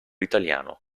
italiano